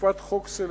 אכיפת חוק סלקטיבית.